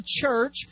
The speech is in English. church